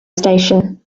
station